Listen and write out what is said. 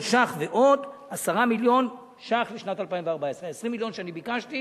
ש"ח ועוד 10 מיליון ש"ח לשנת 2014. 20 המיליון שאני ביקשתי